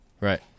Right